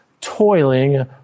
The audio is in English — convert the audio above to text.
toiling